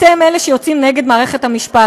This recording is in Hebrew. אתם אלה שיוצאים נגד מערכת המשפט,